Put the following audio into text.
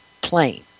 plane